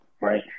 Right